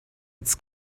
its